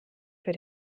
für